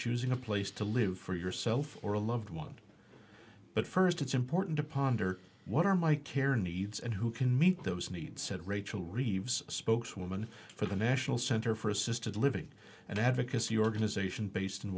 choosing a place to live for yourself or a loved one but first it's important to ponder what are my care needs and who can meet those needs said rachel reeves spokeswoman for the national center for assisted living and advocacy organization based in